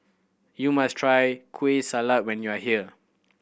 you must try Kueh Salat when you are here